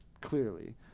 clearly